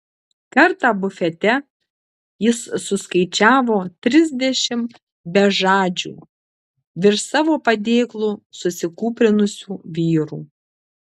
kartą bufete jis suskaičiavo trisdešimt bežadžių virš savo padėklų susikūprinusių vyrų